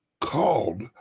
called